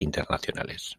internacionales